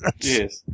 yes